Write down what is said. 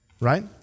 right